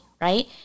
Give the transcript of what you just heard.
right